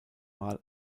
mal